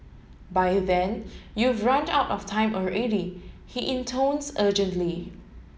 by then you've run out of time already he intones urgently